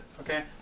Okay